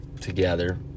Together